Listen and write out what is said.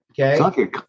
Okay